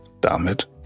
damit